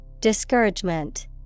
Discouragement